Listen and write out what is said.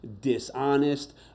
dishonest